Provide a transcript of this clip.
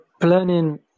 planning